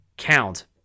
count